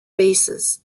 bases